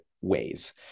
ways